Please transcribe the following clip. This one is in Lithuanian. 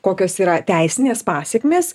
kokios yra teisinės pasekmės